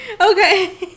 Okay